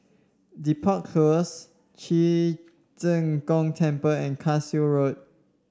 Depot Close Ci Zheng Gong Temple and Cashew Road